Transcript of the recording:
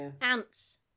ants